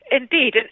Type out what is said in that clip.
Indeed